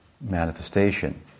manifestation